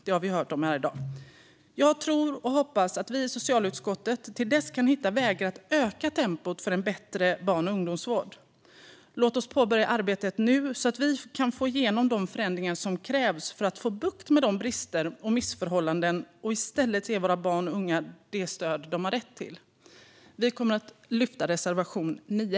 Det har vi hört om här i dag. Jag tror och hoppas att vi i socialutskottet till dess kan hitta vägar att öka tempot för en bättre barn och ungdomsvård. Låt oss påbörja arbetet nu, så att vi kan få igenom de förändringar som krävs för att få bukt med brister och missförhållanden och i stället ge våra barn och unga det stöd som de har rätt till. Jag yrkar bifall till reservation 9.